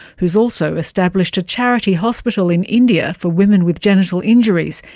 who has also established a charity hospital in india for women with genital injuries.